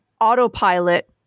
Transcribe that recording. autopilot